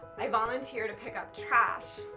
i volunteer to pick up trash.